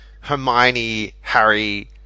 Hermione-Harry-